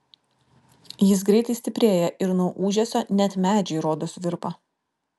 jis greitai stiprėja ir nuo ūžesio net medžiai rodos virpa